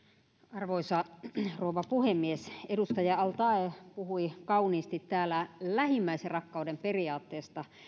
arvoisa rouva puhemies edustaja al taee puhui kauniisti täällä lähimmäisenrakkauden periaatteesta